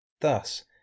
Thus